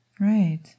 Right